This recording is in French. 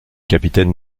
capitaine